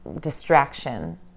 distraction